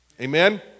Amen